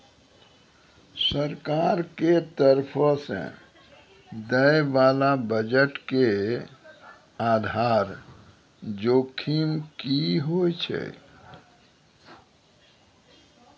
सरकार के तरफो से दै बाला बजट के आधार जोखिम कि होय छै?